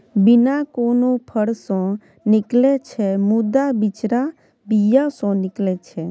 बीया कोनो फर सँ निकलै छै मुदा बिचरा बीया सँ निकलै छै